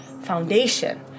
foundation